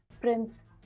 Prince